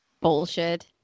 bullshit